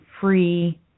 free